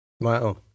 wow